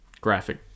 graphic